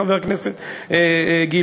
חבר הכנסת גילאון,